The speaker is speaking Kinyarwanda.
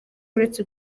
uretse